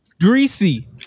greasy